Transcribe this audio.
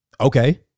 Okay